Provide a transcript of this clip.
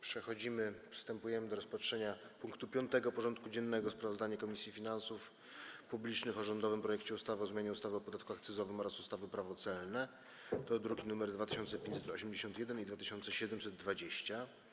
Przystępujemy do rozpatrzenia punktu 5. porządku dziennego: Sprawozdanie Komisji Finansów Publicznych o rządowym projekcie ustawy o zmianie ustawy o podatku akcyzowym oraz ustawy Prawo celne (druki nr 2581 i 2720)